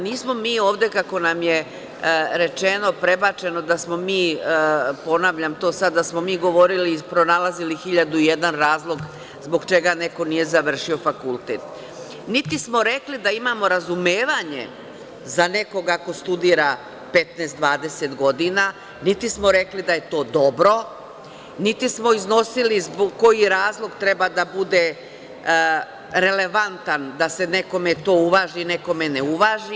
Nismo mi ovde, kako nam je rečeno i prebačeno, da smo mi govorili i pronalazili hiljadu i jedan razlog zbog čega neko nije završio fakultet, niti smo rekli da imamo razumevanje za nekoga ako studira 15 ili 20 godina, niti smo rekli da je to dobro, niti smo iznosili koji razlog treba da bude relevantan da se nekome to uvaži, nekome ne uvaži.